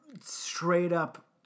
straight-up